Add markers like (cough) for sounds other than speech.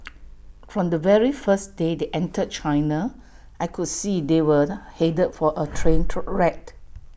from the very first day they entered China I could see they were headed for A train (unintelligible) wreck